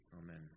Amen